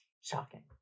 shocking